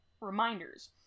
reminders